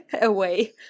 away